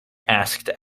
asked